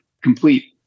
complete